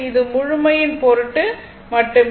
இது முழுமையின் பொருட்டு மட்டுமே